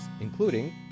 including